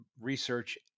research